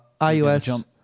iOS